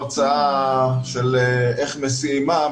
הרצאה של איך מסיעים מה.